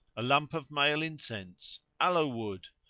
a lump of male in cense, aloe wood,